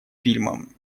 фильмом